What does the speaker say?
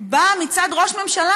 באה מצד ראש ממשלה,